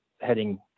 heading